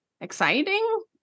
exciting